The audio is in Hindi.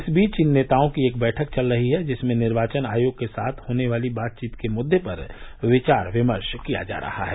इस बीच इन नेताओं की एक बैठक चल रही है जिसमें निर्वाचन आयोग के साथ होने वाली बातचीत के मुद्दे पर विचार विमर्श किया जा रहा है